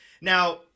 now